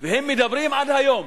והם מדברים עד היום,